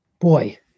boy